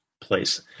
place